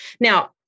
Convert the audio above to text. Now